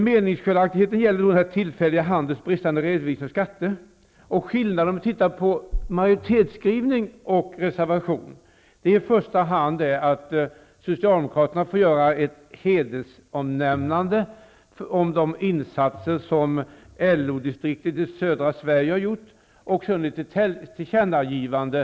Meningsskiljaktigheten gäller den tillfälliga handelns bristande redovisning av skatter. Skillnaden mellan reservationen och majoritetsskrivningen är i första hand att Socialdemokraterna gör ett hedersomnämnande av de insatser som LO-distriktet i södra Sverige har gjort samt ett tillkännagivande.